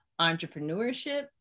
entrepreneurship